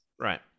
Right